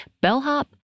bellhop